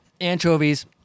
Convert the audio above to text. Anchovies